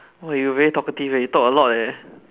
!wah! you very talkative leh you talk a lot leh